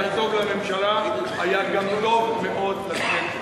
היה טוב לממשלה, והיה גם טוב מאוד לכנסת.